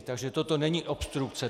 Takže toto není obstrukce.